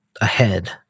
ahead